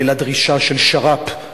לדרישה של שר"פ,